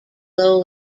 low